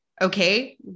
okay